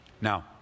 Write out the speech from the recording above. Now